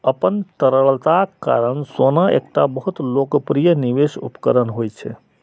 अपन तरलताक कारण सोना एकटा बहुत लोकप्रिय निवेश उपकरण होइ छै